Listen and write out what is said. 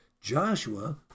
Joshua